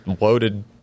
loaded